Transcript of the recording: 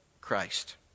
Christ